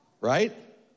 Right